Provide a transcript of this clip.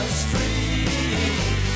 street